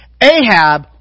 Ahab